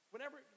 Whenever